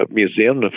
museum